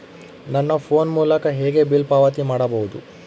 ನನ್ನ ಫೋನ್ ಮೂಲಕ ಹೇಗೆ ಬಿಲ್ ಪಾವತಿ ಮಾಡಬಹುದು?